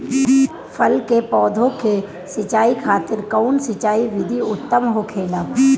फल के पौधो के सिंचाई खातिर कउन सिंचाई विधि उत्तम होखेला?